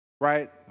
Right